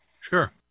Sure